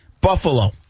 Buffalo